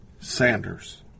Sanders